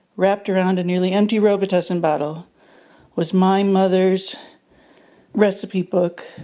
wrapped around a nearly empty robitussin bottle was my mother's recipe book.